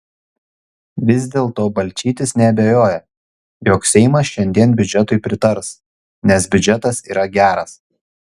vis dėlto balčytis neabejoja jog seimas šiandien biudžetui pritars nes biudžetas yra geras